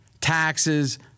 taxes